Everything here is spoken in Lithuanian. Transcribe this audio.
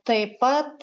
taip pat